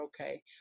okay